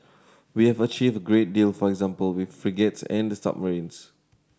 we have achieved a great deal for example with frigates and the submarines